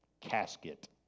casket